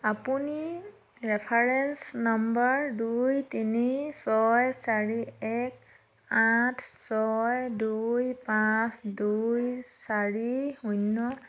আপুনি reference number দুই তিনি ছয় চাৰি এক আঠ ছয় দুই পাঁচ দুই চাৰি শূন্য